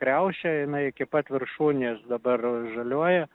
kriaušę jinai iki pat viršūnės dabar žaliuoja